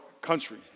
country